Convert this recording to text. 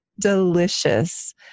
delicious